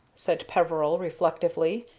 said peveril, reflectively,